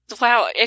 Wow